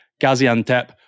Gaziantep